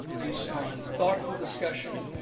based on thoughtful discussion,